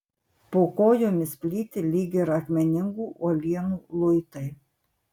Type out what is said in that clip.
po kojomis plyti lyg ir akmeningų uolienų luitai